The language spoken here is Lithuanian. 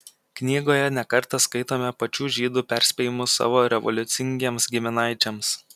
knygoje ne kartą skaitome pačių žydų perspėjimus savo revoliucingiems giminaičiams